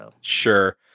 Sure